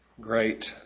great